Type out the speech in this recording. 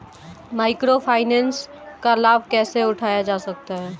Micro finance का लाभ कैसे उठाया जा सकता है?